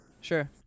Sure